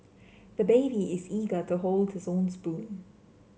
the baby is eager to hold his own spoon